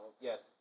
Yes